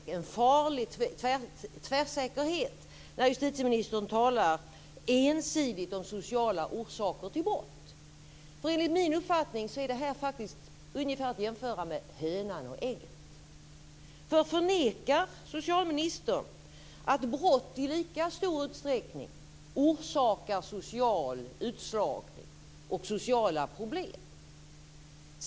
Det finns en farlig tvärsäkerhet när justitieministern talar ensidigt om sociala orsaker till brott. Enligt min uppfattning är nämligen det här ungefär att jämföra med hönan och ägget. Förnekar justitieministern att brott i lika stor utsträckning orsakar social utslagning och sociala problem?